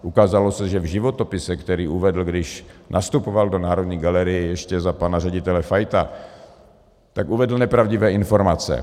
Ukázalo se, že v životopise, který uvedl, když nastupoval do Národní galerie ještě za pana ředitele Fajta, uvedl nepravdivé informace.